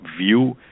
view